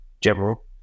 general